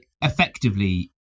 effectively